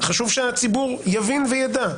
חשוב שהציבור יבין וידע,